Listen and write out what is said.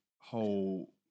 whole